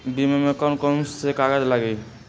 बीमा में कौन कौन से कागज लगी?